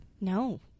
no